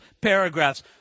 paragraphs